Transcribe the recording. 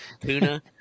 tuna